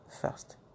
first